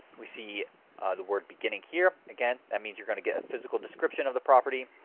we see the word beginning here. again, that means you're going to get a physical description of the property.